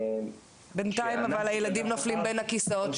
בינתיים אבל הילדים נופלים בין הכיסאות.